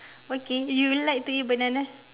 okay you like to eat banana